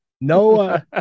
no